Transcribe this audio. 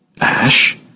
Ash